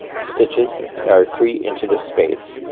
stitches, or three into the space.